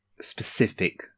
specific